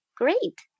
great